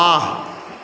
वाह